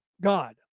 God